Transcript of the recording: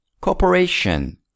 Corporation